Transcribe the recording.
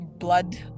Blood